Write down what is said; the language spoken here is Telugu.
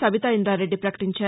సబితా ఇందారెడ్డి పకటించారు